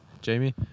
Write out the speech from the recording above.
Jamie